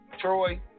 Troy